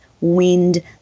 wind